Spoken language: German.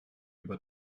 über